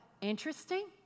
interesting